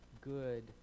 good